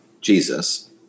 Jesus